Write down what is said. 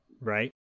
Right